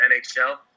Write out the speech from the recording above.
NHL